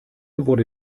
wurde